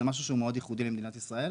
זה משהו שהוא מאוד ייחודי למדינת ישראל.